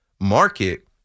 market